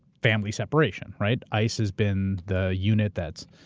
family separation, right? ice has been the unit that's